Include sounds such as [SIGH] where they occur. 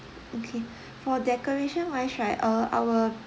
okay [BREATH] for decoration wise right uh our